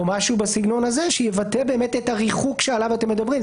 או משהו בסגנון הזה שיבטא את הריחוק שעליו אתם מדברים.